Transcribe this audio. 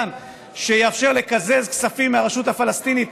כאן שיאפשר לקזז כספים מהרשות הפלסטינית,